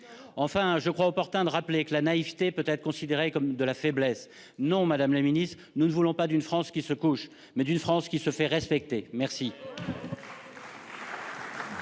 Enfin, je pense opportun de rappeler que la naïveté peut être considérée comme de la faiblesse. Non, madame la ministre, nous ne voulons pas d'une France qui se couche. Nous voulons une France qui se fasse respecter !